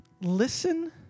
listen